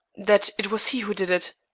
that it was he who did it,